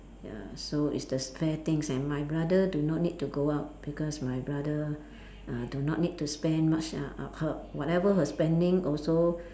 ya so it's the fair things and my brother do not need to go out because my brother uh do not need to spend much uh of her whatever her spending also